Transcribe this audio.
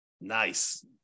Nice